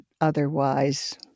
otherwise